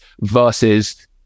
versus